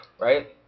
right